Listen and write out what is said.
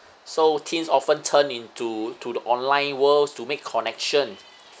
so teens often turn into to the online world to make connection